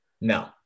No